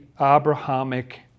Abrahamic